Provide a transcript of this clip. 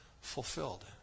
fulfilled